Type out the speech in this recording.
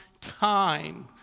time